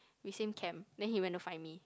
we same camp then he went to find me